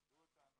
שיקרו אותנו.